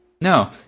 No